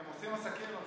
הם עושים עסקים עם המשותפת?